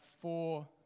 four